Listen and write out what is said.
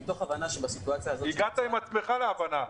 מתוך הבנה שבסיטואציה הזאת --- הגעת עם עצמך להבנה.